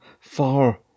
far